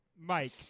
Mike